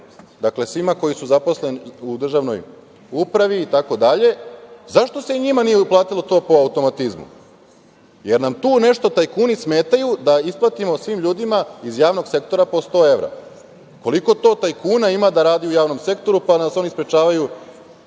dakle svima koji su zaposleni u državnoj upravi, itd, zašto se i njima nije uplatilo to po automatizmu? Jel nam tu nešto tajkuni smetaju da isplatimo svim ljudima iz javnog sektora po 100 evra? Koliko to tajkuna ima da radi u javnom sektoru pa nas oni sprečavaju